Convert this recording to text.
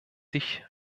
sich